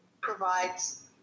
provides